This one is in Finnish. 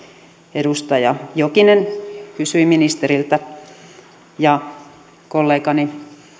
edustaja jokinen kysyi ministeriltä ja kun kollegani